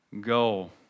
goal